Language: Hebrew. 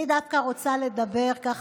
אני דווקא רוצה לדבר על